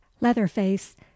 Leatherface